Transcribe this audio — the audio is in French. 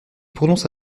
prononce